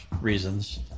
reasons